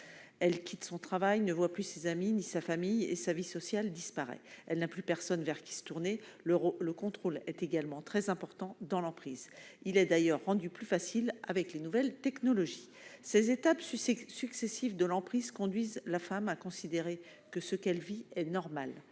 Elle quitte son travail, ne voit plus ses amis ni sa famille, et sa vie sociale disparaît. Elle n'a plus personne vers qui se tourner. Le contrôle est également très important dans l'emprise. Il est d'ailleurs rendu plus facile par les nouvelles technologies. Ces étapes successives de l'emprise conduisent la femme à considérer que ce qu'elle vit est normal.